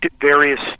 various